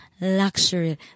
Luxury